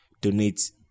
donate